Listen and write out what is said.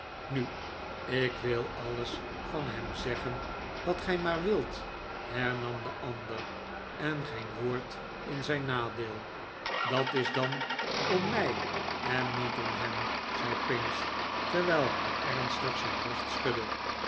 nu ik wil alles van hem zeggen wat gij maar wilt hernam de ander en geen woord in zijn nadeel dat is dan om mij en niet om hem zei pinch terwijl hij ernstig zijn hoofd schudde